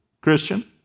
Christian